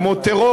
כמו טרור.